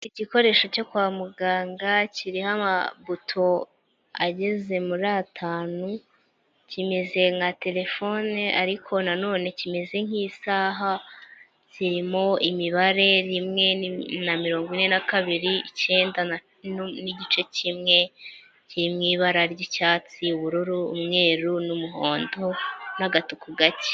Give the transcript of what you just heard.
Igikoresho cyo kwa muganga kiriho ama buto ageze muri atanu, kimeze nka telefone ariko na none kimeze nk'isaha kirimo imibare rimwe na mirongo ine nabiri, ikenda n'igice, kimwe kiri mu ibara ry'icyatsi ubururu umweru n'umuhondo n'agatuku gake.